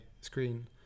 screen